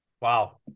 wow